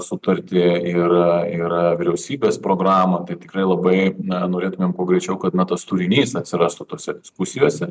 sutartyje yra yra vyriausybės programa tai tikrai labai norėtumėm kuo greičiau kad na tas turinys atsirastų tose diskusijose